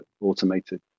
automated